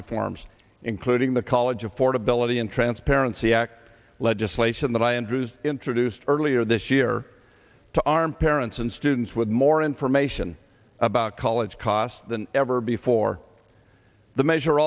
reforms including the college affordability and transparency act legislation that i andrews introduced earlier this year to arm parents and students with more information about college costs than ever before the measure